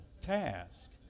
task